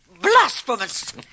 blasphemous